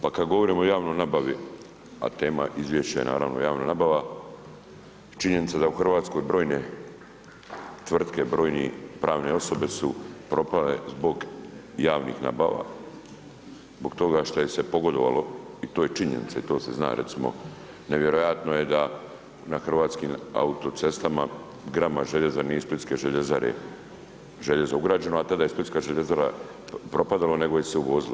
Pa kad govorimo o javnoj nabavi a tema izvješća je naravno javna nabava, činjenica da u Hrvatskoj brojne tvrtke brojene tvrtke brojne pravne osobe su propale zbog javnih nabava, zbog toga što je se pogodovalo i to je činjenica i to se zna, recimo nevjerojatno je da na hrvatskim autocestama, grama željeza nije iz splitske željezare, željezo ugrađeno, a tada je splitska željezara propadala, nego je se uvozilo.